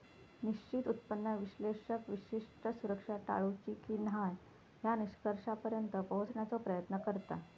निश्चित उत्पन्न विश्लेषक विशिष्ट सुरक्षा टाळूची की न्हाय या निष्कर्षापर्यंत पोहोचण्याचो प्रयत्न करता